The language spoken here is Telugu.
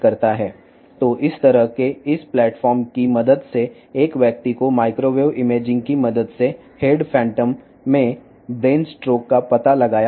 కాబట్టి ఈ విధంగా ఈ ప్లాట్ఫాం సహాయంతో మైక్రోవేవ్ ఇమేజింగ్ సహాయంతో హెడ్ ఫాంటమ్లో మెదడు స్ట్రోక్ను గుర్తించవచ్చు